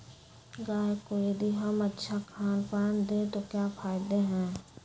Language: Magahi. गाय को यदि हम अच्छा खानपान दें तो क्या फायदे हैं?